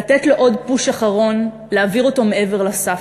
לתת לו עוד פוש אחרון, להעביר אותו מעבר לסף.